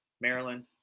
Maryland